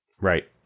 Right